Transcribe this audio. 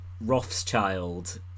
Rothschild